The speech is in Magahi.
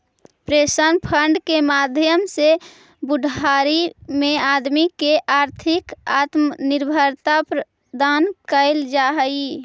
पेंशन फंड के माध्यम से बुढ़ारी में आदमी के आर्थिक आत्मनिर्भरता प्रदान कैल जा हई